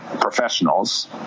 professionals